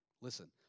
Listen